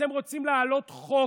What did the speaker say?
אתם רוצים להעלות חוק